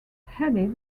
headed